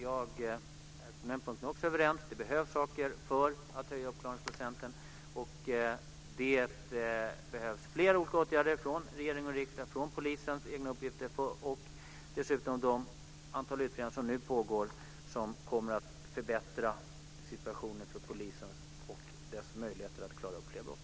Vi är överens också på den punkten: Det behövs saker för att höja uppklaringsprocenten. Det behövs flera olika åtgärder från regering och riksdag, från poliserna själva och från de utredningar som nu pågår och som kommer att förbättra situationen för polisen och dess möjligheter att klara upp fler brott.